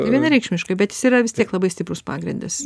vienareikšmiškai bet jis yra vis tiek labai stiprus pagrindas